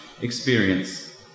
experience